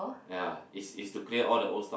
ya is is to clear all the old stock